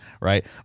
right